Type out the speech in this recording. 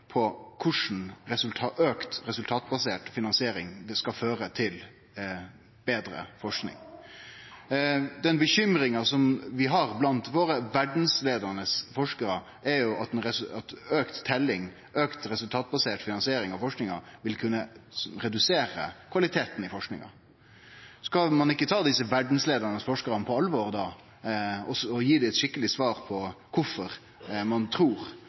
om korleis auka resultatbasert finansiering skal føre til betre forsking. Den uroa som vi har blant dei verdsleiande forskarane våre, er at auka teljing, auka resultatbasert finansiering av forskinga, vil kunne redusere kvaliteten i forskinga. Skal ein ikkje da ta desse verdsleiande forskarane på alvor og gje dei eit skikkeleg svar på kvifor ein trur